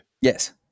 Yes